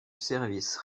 service